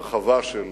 הרחבה של